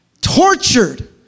tortured